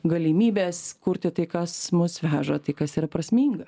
galimybes kurti tai kas mus veža tai kas yra prasminga